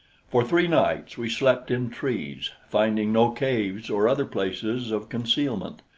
for three nights we slept in trees, finding no caves or other places of concealment.